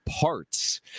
parts